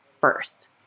first